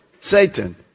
Satan